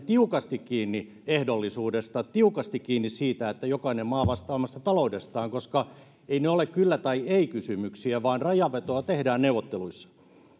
tiukasti kiinni ehdollisuudesta tiukasti kiinni siitä että jokainen maa vastaa omasta taloudestaan koska eivät ne ole kyllä tai ei kysymyksiä vaan rajanvetoa tehdään neuvotteluissa